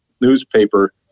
newspaper